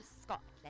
Scotland